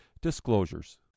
disclosures